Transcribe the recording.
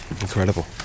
Incredible